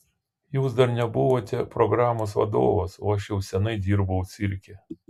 jūs dar nebuvote programos vadovas o aš jau seniai dirbau cirke